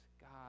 God